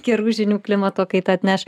gerų žinių klimato kaita atneš